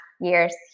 years